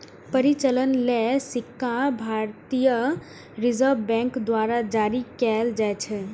परिचालन लेल सिक्का भारतीय रिजर्व बैंक द्वारा जारी कैल जाइ छै